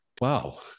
Wow